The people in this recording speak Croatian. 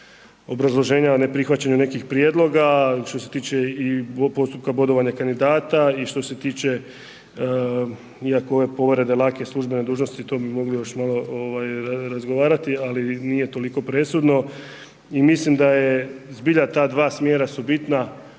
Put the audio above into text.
obrazloženja, neprihvaćanju nekih prijedloga a što se tiče i postupka bodovanja kandidata i što se tiče iako ove povrede lake službene dužnosti, to bi mogli još malo razgovarati ali nije toliko presudno i mislim da je zbilja ta dva smjera su bitna